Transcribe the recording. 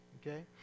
okay